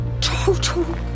total